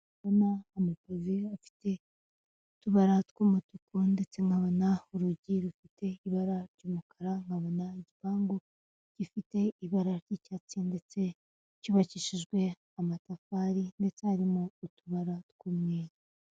Ndabona amapave afite utubara tw'umutuku ndetse nkabona urugi rufite ibara ry'umukara, nkabona igipangu gifite ibara ry'icyatsi ndetse cyubakishijwe amatafari, ndetse harimo utubara tw'umweru.